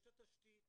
יש התשתית,